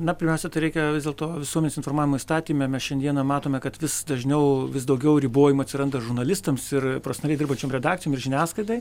na pirmiausia tai reikia vis dėlto visuomenės informavimo įstatyme mes šiandieną matome kad vis dažniau vis daugiau ribojimų atsiranda žurnalistams ir prastai dirbančiom redakcijom ir žiniasklaidai